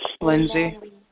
Lindsay